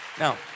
Now